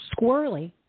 squirrely